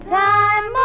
time